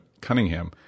Cunningham